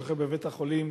ששוכב בבית-החולים